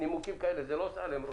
נימוקים כאלה, זה לא עושה עליהם רושם.